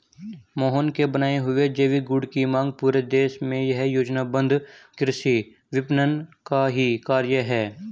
मोहन के बनाए हुए जैविक गुड की मांग पूरे देश में यह योजनाबद्ध कृषि विपणन का ही कार्य है